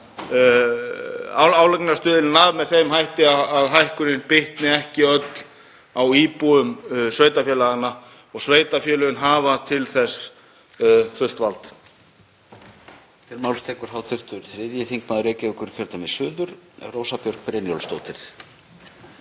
álagningarstuðulinn af með þeim hætti að hækkunin bitni ekki öll á íbúum sveitarfélaganna. Sveitarfélögin hafa til þess fullt vald.